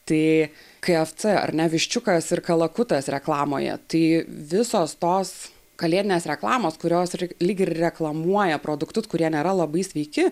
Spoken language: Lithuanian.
tai kfc ar ne viščiukas ir kalakutas reklamoje tai visos tos kalėdinės reklamos kurios lyg ir reklamuoja produktus kurie nėra labai sveiki